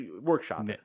workshop